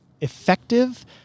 effective